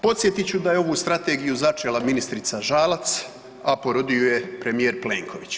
Podsjetit ću da je ovu strategiju začela ministrica Žalac, a porodio ju je premijer Plenković.